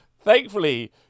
Thankfully